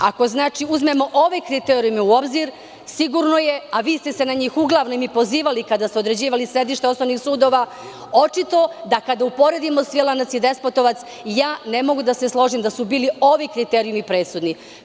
Ako, znači, uzmemo ove kriterijume u obzir sigurno je, a vi ste se na njih uglavnom i pozivali kada ste određivali sedišta osnovnih sudova, očito da kada uporedimo Svilajnac i Despotovac, ja ne mogu da se složim da su bili ovi kriterijumi presudni.